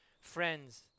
Friends